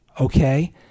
okay